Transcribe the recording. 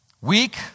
weak